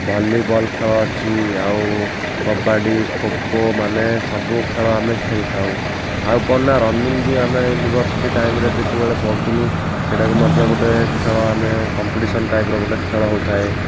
volleyball ଖେଳ ଅଛି ଆଉ କବାଡ଼ି ଖୋଖୋ ମାନେ ସବୁ ଖେଳ ଆମେ ଖେଳିଥାଉ ଆଉ କ'ଣ ନା ରନିଙ୍ଗ ବି ଆମେ ୟୁନିଭର୍ସିଟି ଟାଇମରେ ଯେତେବେଳେ ପଢ଼ୁଥିଲୁ ସେଟାକୁ ମଧ୍ୟ ଗୋଟେ ଖେଳ ଆମେ କମ୍ପିଟିସନ୍ ଟାଇପର ଗୋଟେ ଖେଳ ହେଉଥାଏ